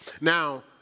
Now